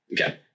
okay